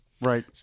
Right